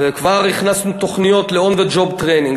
וכבר הכניסו תוכניות ל-on the job training.